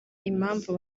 impamvu